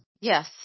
Yes